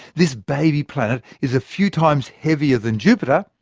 this baby planet is a few times heavier than jupiter,